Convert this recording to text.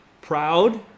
proud